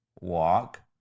walk